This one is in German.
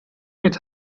mit